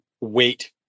wait